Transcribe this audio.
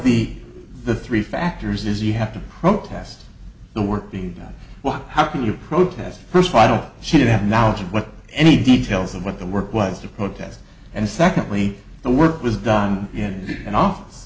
the the three factors is you have to protest the work being done well how can you protest first while she didn't have knowledge of what any details of what the work was to protest and secondly the work was done in an off